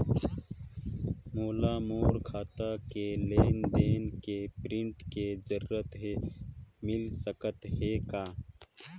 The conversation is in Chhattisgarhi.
मोला मोर खाता के लेन देन के प्रिंट के जरूरत हे मिल सकत हे का?